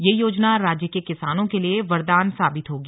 यह योजना राज्य के किसानों के लिए वरदान साबित होगी